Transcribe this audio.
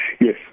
Yes